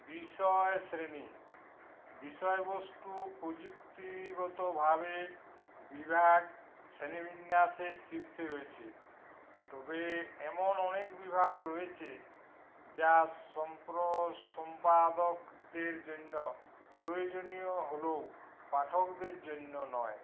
বিষয়শ্রেণী বিষয়বস্তু প্রযুক্তিগতভাবে বিভাগ শ্রেণীবিন্যাসের শীর্ষে রয়েছে তবে এমন অনেক বিভাগ রয়েছে যা সম্প্রো সম্পাদকদের জন্য প্রয়োজনীয় হলেও পাঠকদের জন্য নয়